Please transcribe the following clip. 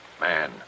Man